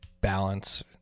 balance